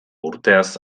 urteaz